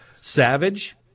Savage